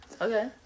Okay